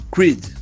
Creed